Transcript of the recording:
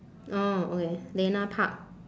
orh okay lena park